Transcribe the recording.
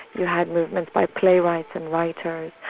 you had movements by playwrights and writers,